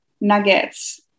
nuggets